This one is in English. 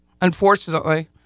unfortunately